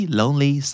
lonely